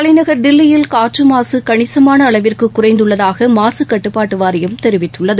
தலைநகர் தில்லியில் காற்று மாசு கணிசமான அளவிற்கு குறைந்து உள்ளதாக மாசுக் கட்டுப்பாட்டு வாரியம் தெரிவித்துள்ளது